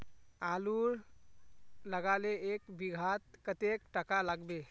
आलूर लगाले एक बिघात कतेक टका लागबे?